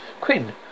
Quinn